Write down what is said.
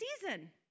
season